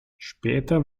später